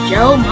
Joe